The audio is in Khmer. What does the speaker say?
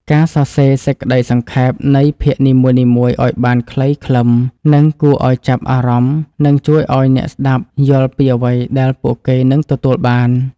ការសរសេរសេចក្តីសង្ខេបនៃភាគនីមួយៗឱ្យបានខ្លីខ្លឹម និងគួរឱ្យចាប់អារម្មណ៍នឹងជួយឱ្យអ្នកស្តាប់យល់ពីអ្វីដែលពួកគេនឹងទទួលបាន។